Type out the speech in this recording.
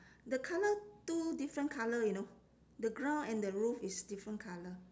the colour two different colour you know the ground and the roof is different colour